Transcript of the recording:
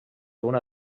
una